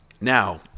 Now